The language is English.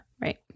Right